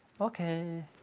Okay